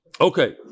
Okay